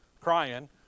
crying